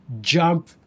jump